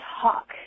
talk